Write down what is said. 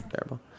Terrible